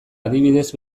adibidez